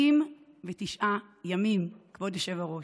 79 ימים, כבוד היושב-ראש.